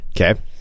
Okay